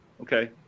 Okay